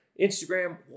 Instagram